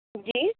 جی